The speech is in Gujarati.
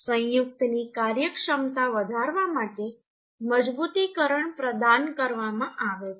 સંયુક્તની કાર્યક્ષમતા વધારવા માટે મજબૂતીકરણ પ્રદાન કરવામાં આવે છે